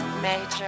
major